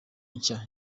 nshya